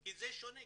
כי זה שונה.